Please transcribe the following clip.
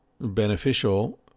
beneficial